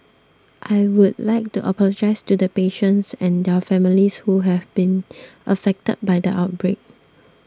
I would like to apologise to the patients and their families who have been affected by the outbreak